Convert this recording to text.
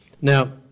Now